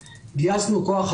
גייסנו כוח אדם,